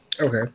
Okay